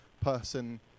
person